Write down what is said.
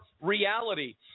reality